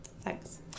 Thanks